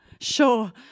Sure